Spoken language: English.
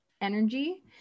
energy